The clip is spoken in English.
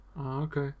okay